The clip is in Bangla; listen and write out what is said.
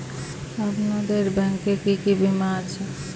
আপনাদের ব্যাংক এ কি কি বীমা আছে?